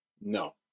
No